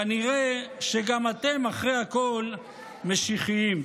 כנראה שגם אתם, אחרי הכול, משיחיים.